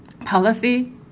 policy